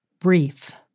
brief